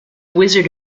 wizard